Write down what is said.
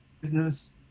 business